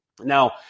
Now